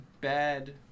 bad